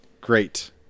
Great